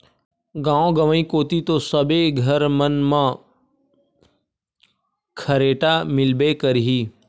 गाँव गंवई कोती तो सबे घर मन म खरेटा मिलबे करही